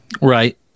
Right